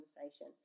conversation